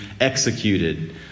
executed